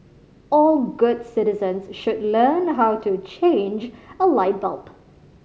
all good citizens should learn how to change a light bulb